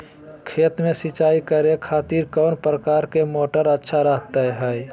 खेत में सिंचाई करे खातिर कौन प्रकार के मोटर अच्छा रहता हय?